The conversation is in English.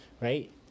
right